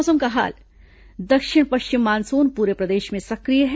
मौसम दक्षिण पश्चिम मानसून पूरे प्रदेश में सक्रिय है